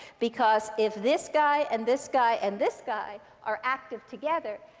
because if this guy, and this guy, and this guy are active together,